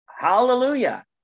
Hallelujah